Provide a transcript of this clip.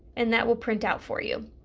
and that will print out for you.